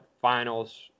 finals